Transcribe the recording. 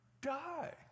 die